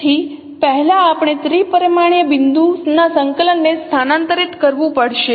તેથી પહેલા આપણે ત્રિપરિમાણીય બિંદુના સંકલનને સ્થાનાંતરિત કરવું પડશે